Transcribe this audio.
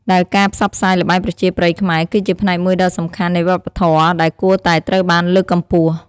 ដែលការផ្សព្វផ្សាយល្បែងប្រជាប្រិយខ្មែរ គឺជាផ្នែកមួយដ៏សំខាន់នៃវប្បធម៌ដែលគួរតែត្រូវបានលើកកម្ពស់។